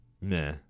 Nah